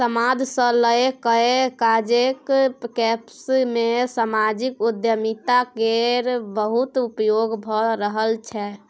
समाद सँ लए कए काँलेज कैंपस मे समाजिक उद्यमिता केर बहुत उपयोग भए रहल छै